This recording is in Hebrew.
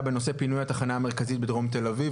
בנושא פינוי התחנה המרכזית בדרום תל אביב.